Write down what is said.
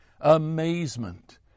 amazement